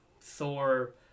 Thor